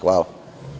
Hvala.